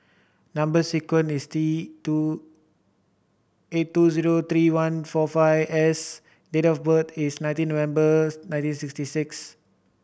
number sequence is T two eight two zero three one four five S date of birth is nineteen November nineteen sixty six